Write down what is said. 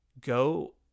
go